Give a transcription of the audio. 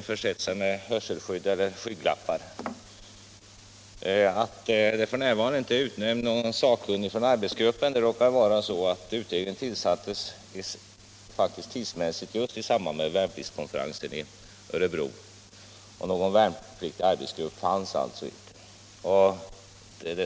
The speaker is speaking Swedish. försett sig antingen med hörselskydd eller med skygglappar. Att någon sakkunnig från arbetsgruppen f.n. inte är utnämnd beror på att utredningen tillsattes just i samband med värnpliktskonferensen i Örebro; någon värnpliktig arbetsgrupp fanns alltså inte.